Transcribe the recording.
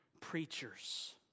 Preachers